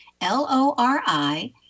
L-O-R-I